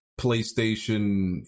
PlayStation